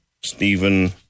Stephen